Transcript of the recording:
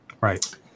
Right